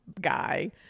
guy